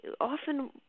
often